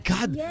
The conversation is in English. God